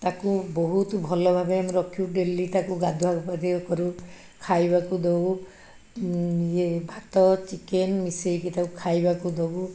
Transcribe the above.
ତାକୁ ବହୁତ ଭଲ ଭାବେ ଆମେ ରଖୁ ଡେଲି ତାକୁ ଗାଧୁଆ ପାଧେୟ କରୁ ଖାଇବାକୁ ଦଉ ଇଏ ଭାତ ଚିକେନ ମିଶେଇକି ତାକୁ ଖାଇବାକୁ ଦବୁ